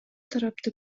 тарапты